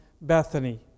Bethany